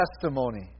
testimony